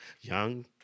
young